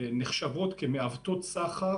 שנחשבות כמעוותות סחר